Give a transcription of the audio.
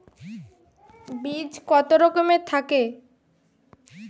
বীজ কত রকমের হয়ে থাকে?